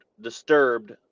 disturbed